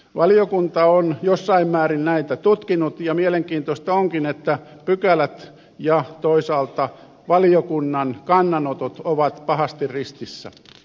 valiokunta on jossain määrin näitä tutkinut ja mielenkiintoista onkin että pykälät ja toisaalta valiokunnan kannanotot ovat pahasti ristissä